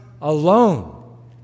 alone